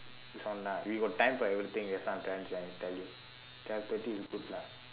this one lah we got time for everything that's what i'm trying to tell tell you twelve thirty is good lah